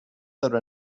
other